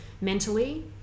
Mentally